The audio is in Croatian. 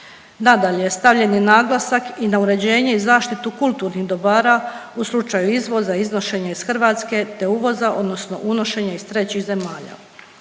Nadalje, stavljen je naglasak i na uređenje i zaštitu kulturnih dobara u slučaju izvoza, iznošenja iz Hrvatske te uvoza, odnosno unošenja iz trećih zemalja.